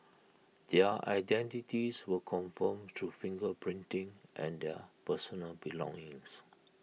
their identities were confirmed through finger printing and their personal belongings